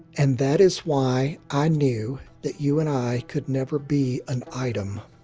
and that is why i knew that you and i could never be an item.